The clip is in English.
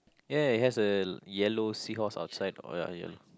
ya it has a yellow seahorse outside oh ya yellow